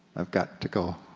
i've got to go,